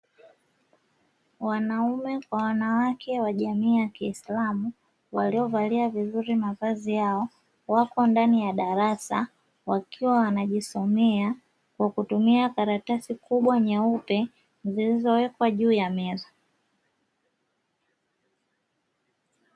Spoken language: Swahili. Wanaume kwa wanawake wa jamii ya kiislamu waliovalia vizuri mavazi yao wako ndani ya darasa, wakiwa wanajisomea kwa kutumia karatasi kubwa nyeupe zilizowekwa juu ya meza.